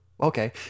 Okay